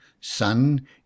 Sun